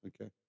Okay